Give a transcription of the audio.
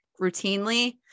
routinely